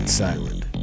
silent